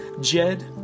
Jed